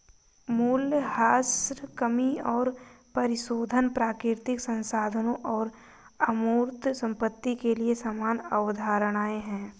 मूल्यह्रास कमी और परिशोधन प्राकृतिक संसाधनों और अमूर्त संपत्ति के लिए समान अवधारणाएं हैं